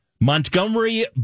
Montgomery